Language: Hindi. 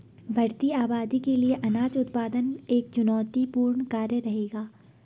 बढ़ती आबादी के लिए अनाज उत्पादन एक चुनौतीपूर्ण कार्य रहेगा